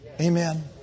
Amen